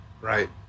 Right